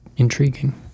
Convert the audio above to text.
Intriguing